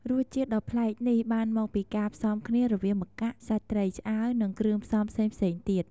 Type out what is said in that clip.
រសជាតិដ៏ប្លែកនេះបានមកពីការផ្សំគ្នារវាងម្កាក់ សាច់ត្រីឆ្អើរ និងគ្រឿងផ្សំផ្សេងៗទៀត។